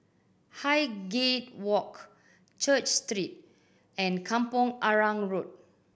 Highgate Walk Church Street and Kampong Arang Road